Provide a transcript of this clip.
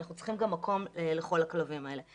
אנחנו צריכים גם מקום לכל הכלבים האלה.